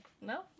No